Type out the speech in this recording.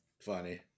funny